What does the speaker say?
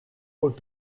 would